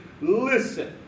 Listen